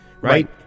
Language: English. Right